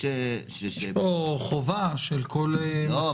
יש פה חובה של כל מפעיל --- לא,